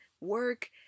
work